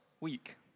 week